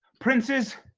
princes,